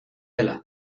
dela